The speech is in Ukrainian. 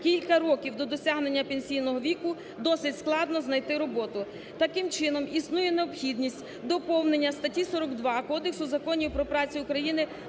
кілька років до досягнення пенсійного віку, досить складно знайти роботу. Таким чином, існує необхідність доповнення статті 42 Кодексу законів про працю України